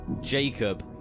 Jacob